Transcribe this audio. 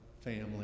family